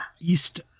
east